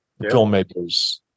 filmmakers